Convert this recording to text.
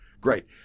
great